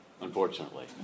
Unfortunately